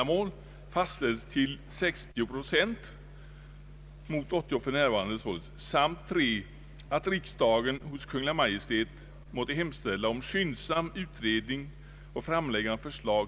Båda ansluter sig till ett motionspar I: 690 och II: 746, där jag står som huvudmotionär i denna kammare.